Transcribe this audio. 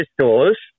stores